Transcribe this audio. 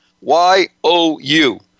Y-O-U